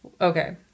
Okay